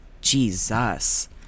Jesus